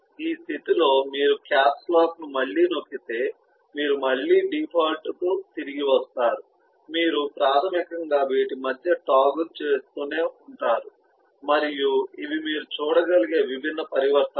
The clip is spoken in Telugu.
ఈ స్థితిలో మీరు క్యాప్స్ లాక్ను మళ్లీ నొక్కితే మీరు మళ్లీ డిఫాల్ట్కు తిరిగి వస్తారు మీరు ప్రాథమికంగా వీటి మధ్య టోగుల్ చేస్తూనే ఉంటారు మరియు ఇవి మీరు చూడగలిగే విభిన్న పరివర్తనాలు